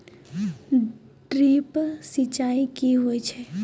Drip सिंचाई कि होय छै?